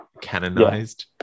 canonized